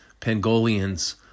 pangolians